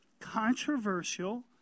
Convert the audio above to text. controversial